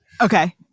Okay